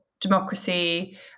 democracy